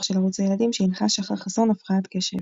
של ערוץ הילדים שהנחה שחר חסון "הפרעת קשב".